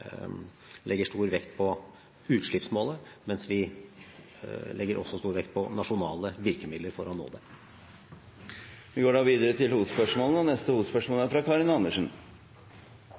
legger stor vekt på utslippsmålet – men vi legger også stor vekt på nasjonale virkemidler for å nå det. Vi går videre til neste hovedspørsmål.